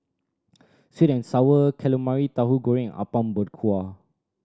sweet and Sour Calamari Tahu Goreng and Apom Berkuah